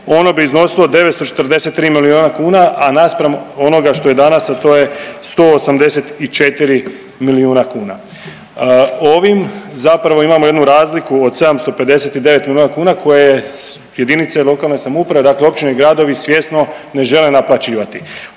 ono bi iznosilo 943 milijuna kuna, a naspram onoga što je danas, a to je 184 milijuna kuna. Ovim zapravo imamo jednu razliku od 759 milijuna kuna koje JLS dakle općine i gradovi svjesno ne žele naplaćivati.